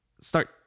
Start